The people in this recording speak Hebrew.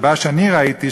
הסיבה שאני ראיתי,